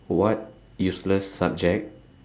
what useless subject